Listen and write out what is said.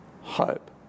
hope